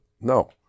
no